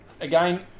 Again